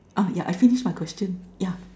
ah yeah I finished my question yeah